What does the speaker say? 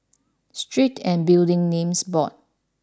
Street and Building Names Board